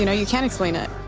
you know, you can't explain it.